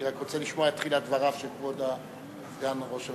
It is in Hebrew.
אני רק רוצה לשמוע את תחילת דבריו של כבוד סגן ראש הממשלה.